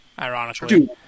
ironically